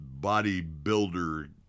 bodybuilder